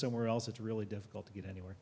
somewhere else it's really difficult to get anywhere